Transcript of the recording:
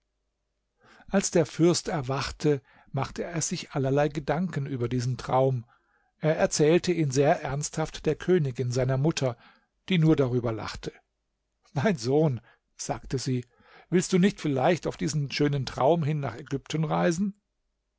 als der fürst erwachte machte er sich allerlei gedanken über diesen traum er erzählte ihn sehr ernsthaft der königin seiner mutter die nur darüber lachte mein sohn sagte sie willst du nicht vielleicht auf diesen schönen traum hin nach ägypten reisen